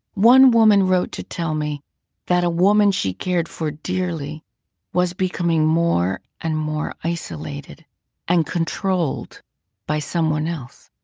one woman wrote to tell me that a woman she cared for dearly was becoming more and more isolated and controlled by someone else.